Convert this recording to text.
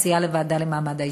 אז אני מציעה לוועדה למעמד האישה.